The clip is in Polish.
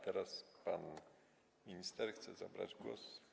Teraz pan minister chce zabrać głos.